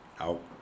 Out